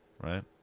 Right